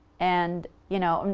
and you know,